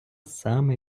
саме